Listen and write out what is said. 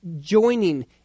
joining